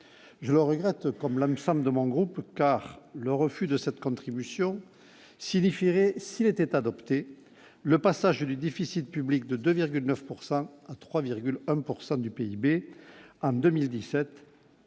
je regrette, comme l'une femme de mon groupe car le refus de cette contribution signifierait s'il était adopté, le passager du déficit public de 2 9 pourcent à à 3,1